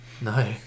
No